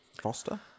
foster